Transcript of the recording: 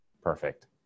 Perfect